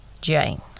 Jane